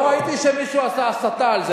אם תרצה יש הרבה פתרונות.